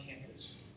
campus